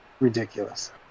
ridiculous